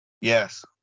Yes